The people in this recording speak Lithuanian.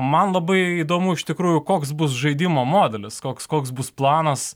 man labai įdomu iš tikrųjų koks bus žaidimo modelis koks koks bus planas